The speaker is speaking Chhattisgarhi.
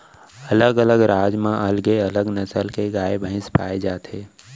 अलग अलग राज म अलगे अलग नसल के गाय भईंस पाए जाथे